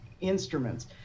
instruments